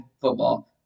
football